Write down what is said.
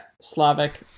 slavic